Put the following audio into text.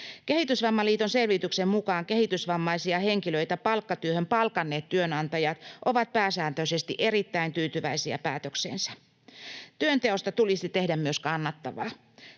Kehitysvammaliiton selvityksen mukaan kehitysvammaisia henkilöitä palkkatyöhön palkanneet työnantajat ovat pääsääntöisesti erittäin tyytyväisiä päätökseensä. Työnteosta tulisi tehdä myös kannattavaa.